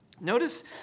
Notice